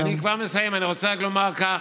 אני כבר מסיים, אני רק רוצה לומר כך: